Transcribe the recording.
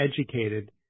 educated